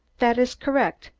that is correct,